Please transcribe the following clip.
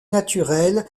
naturel